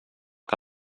que